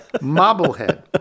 Marblehead